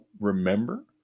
remember